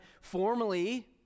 formally